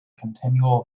continual